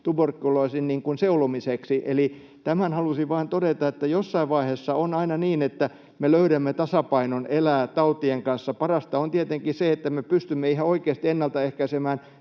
turberkuloosin seulomiseksi. Eli tämän halusin vain todeta, että jossain vaiheessa on aina niin, että me löydämme tasapainon elää tautien kanssa. Parasta on tietenkin se, että me pystymme ihan oikeasti ennaltaehkäisemään